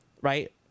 Right